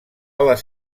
les